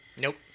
Nope